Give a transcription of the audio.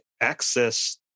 access